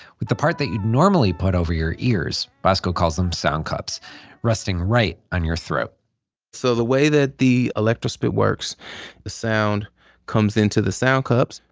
with the parts that you'd normally put over your ears bosco calls them soundcups resting right on your throat so, the way the electrospit works, the sound comes into the soundcups.